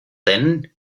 then